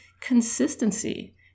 consistency